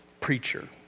preacher